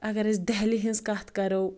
اگر ٲس دہلی ہٕنٛز کتھ کَرو